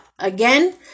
Again